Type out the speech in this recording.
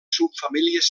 subfamílies